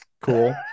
Cool